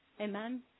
Amen